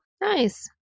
Nice